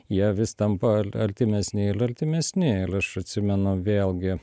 jie vis tampa al artimesni ir altimesni il aš atsimenu vėlgi